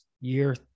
year